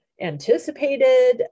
anticipated